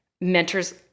mentors